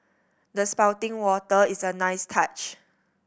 the spouting water is a nice touch